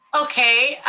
okay.